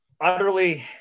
utterly